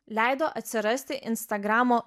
leido atsirasti instagramo